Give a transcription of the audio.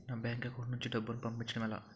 నా bank account నుంచి డబ్బును పంపించడం ఎలా?